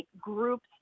groups